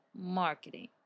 marketing